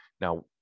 now